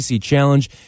Challenge